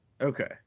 Okay